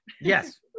Yes